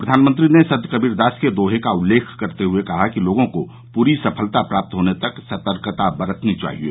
प्रधानमंत्री ने संत कबीरदास के दोहे का उल्लेख करते हए कहा कि लोगों को पूरी सफलता प्राप्त होने तक सतर्कता बरतनी चाहिये